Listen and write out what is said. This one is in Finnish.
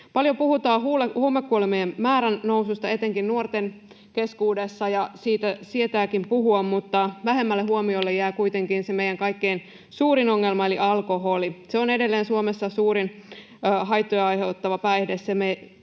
Paljon puhutaan huumekuolemien määrän noususta etenkin nuorten keskuudessa, ja siitä sietääkin puhua, mutta vähemmälle huomiolle jää kuitenkin se meidän kaikkein suurin ongelma eli alkoholi. Se on edelleen Suomessa suurin haittoja aiheuttava päihde,